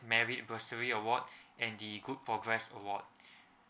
merit bursary award and the good progress award